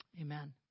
amen